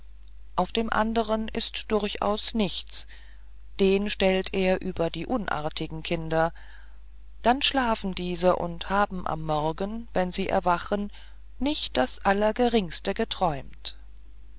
auf dem andern ist durchaus nichts den stellt er über die unartigen kinder dann schlafen diese und haben am morgen wenn sie erwachen nicht das allergeringste geträumt